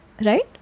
Right